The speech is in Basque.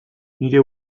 nire